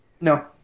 no